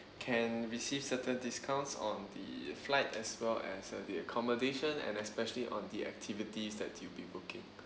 can receive certain discounts on the flight as well as uh the accommodation and especially on the activities that you'll be booking